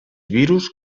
virus